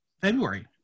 February